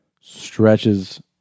stretches